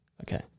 Okay